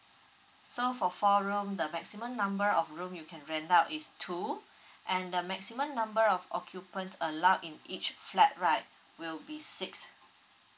so for four room the maximum number of room you can rent out is two and the maximum number of occupant allowed in each flat right will be six